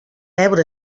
able